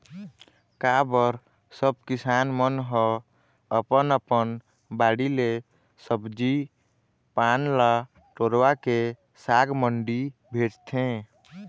का बर सब किसान मन ह अपन अपन बाड़ी ले सब्जी पान ल टोरवाके साग मंडी भेजथे